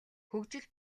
хөгжил